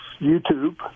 YouTube